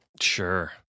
Sure